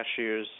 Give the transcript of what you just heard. cashews